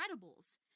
Incredibles*